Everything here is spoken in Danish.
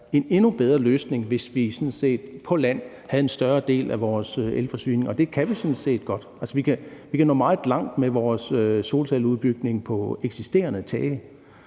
en endnu bedre løsning, hvis vi havde en større del af vores elforsyning på land, og det kan vi sådan set godt. Altså, vi kan nå meget langt med vores solcelleudbygning på de eksisterende tage,